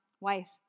wife